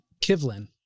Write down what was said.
Kivlin